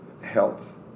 Health